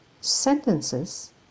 Sentences